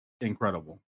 incredible